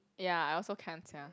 ya I also can't sia